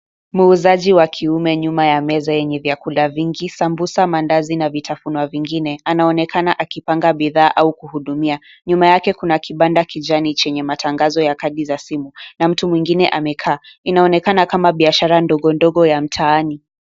Muuzaje wa kiume nyuma ya meza yenye vyakula vingi; Samosa, mandazi na vitafuno vingine. Anaonekana akipanga bidhaa au kuhudumia. Nyuma yake kuna kibanda kijani, chenye matangazo ya kadi za simu na mtu mwingine amekaa. Inaonekana kama biashara ndogo ndogo ya mtaani.